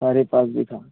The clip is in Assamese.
চাৰি পাঁচ বিঘা